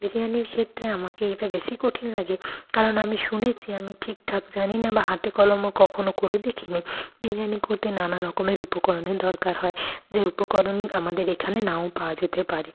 বিরিয়ানির ক্ষেত্রে আমাকে এটা বেশি কঠিন লাগে কারণ আমি শুনেছি আমি ঠিকঠাক জানি না বা হাতে কলমেও কখনও করে দেখিনি বিরিয়ানি করতে নানা রকমের উপকরণের দরকার হয় যেই উপকরণ আমাদের এখানে নাও পাওয়া যেতে পারে